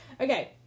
okay